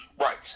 Right